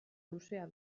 luzea